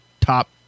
top